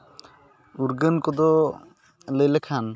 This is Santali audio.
ᱩᱨᱜᱟᱹᱱ ᱠᱚᱫᱚ ᱞᱟᱹᱭ ᱞᱮᱠᱷᱟᱱ